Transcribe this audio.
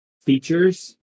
features